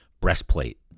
breastplate